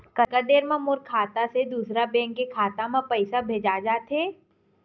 कतका देर मा मोर खाता से दूसरा बैंक के खाता मा पईसा भेजा जाथे?